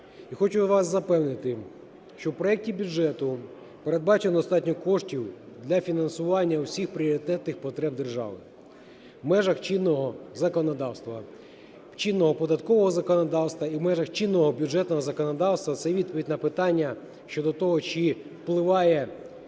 хочу вас запевнити, що в проекті бюджету передбачено достатньо коштів для фінансування всіх пріоритетних потреб держави в межах чинного законодавства, чинного податкового законодавства і в межах чинного бюджетного законодавства. Це відповідь на питання щодо того, чи впливає